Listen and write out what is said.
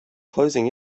closing